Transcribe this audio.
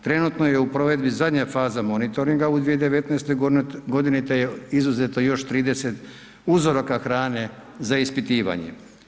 Trenutno je u provedbi zadnja faza monitoringa u 2019. g. te je izuzeto još 30 uzoraka hrane za ispitivanje.